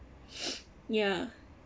ya